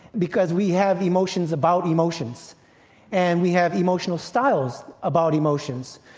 because we have emotions about emotions and we have emotional styles about emotions.